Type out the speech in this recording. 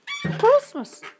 Christmas